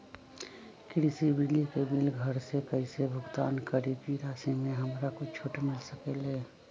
कृषि बिजली के बिल घर से कईसे भुगतान करी की राशि मे हमरा कुछ छूट मिल सकेले?